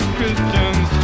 Christians